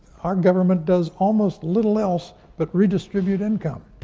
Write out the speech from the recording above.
our government does almost little else but redistribute income.